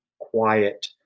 quiet